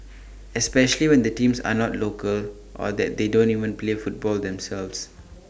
especially when the teams are not local or that they don't even play football themselves